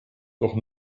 doch